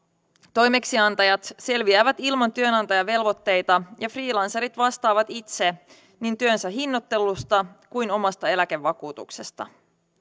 toimeksiantajat selviävät ilman työnantajavelvoitteita ja freelancerit vastaavat itse niin työnsä hinnoittelusta kuin omasta eläkevakuutuksestaan